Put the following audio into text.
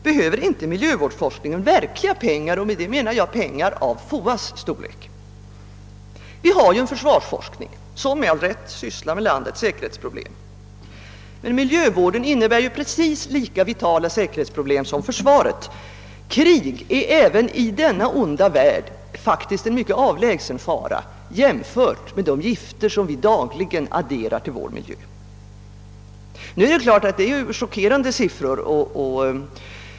Behöver inte miljövårdsforskningen verkliga pengar? Härmed avser jag pengar av den storleksordning som FOA får. Vi har en forskning som med all rätt ägnar sig åt landets säkerhetsproblem. Miljövården innebär precis lika vitala säkerhetsproblem som <försvarets. Krig är faktiskt i denna onda värld en mycket avlägsen fara jämfört med de gifter vi dagligen adderar till vår miljö. Det rör sig i detta sammanhang självfallet om chockerande siffror.